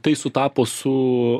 tai sutapo su